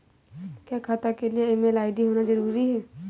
क्या खाता के लिए ईमेल आई.डी होना जरूरी है?